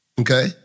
okay